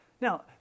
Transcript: Now